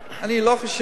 אני לא חושב